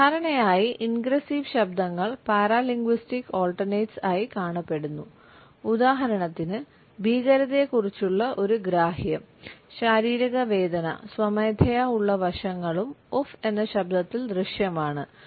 സാധാരണയായി ഇൻഗ്രസീവ് ശബ്ദങ്ങൾ paralinguistic alternates ആയി കാണപ്പെടുന്നു ഉദാഹരണത്തിന് ഭീകരതയെക്കുറിച്ചുള്ള ഒരു ഗ്രാഹ്യം ശാരീരിക വേദന സ്വമേധയാ ഉള്ള വശങ്ങളും 'ഉഫ്' എന്ന ശബ്ദത്തിൽ ദൃശ്യമാണ്